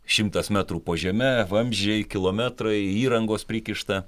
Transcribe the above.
šimtas metrų po žeme vamzdžiai kilometrai įrangos prikišta